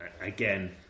again